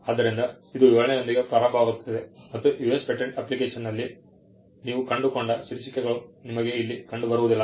ಆದ್ದರಿಂದ ಇದು ವಿವರಣೆಯೊಂದಿಗೆ ಪ್ರಾರಂಭವಾಗುತ್ತದೆ ಮತ್ತು US ಪೇಟೆಂಟ್ ಅಪ್ಲಿಕೇಶನ್ನಲ್ಲಿ ನೀವು ಕಂಡುಕೊಂಡ ಶೀರ್ಷಿಕೆಗಳು ನಿಮಗೆ ಇಲ್ಲಿ ಕಂಡುಬರುವುದಿಲ್ಲ